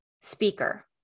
speaker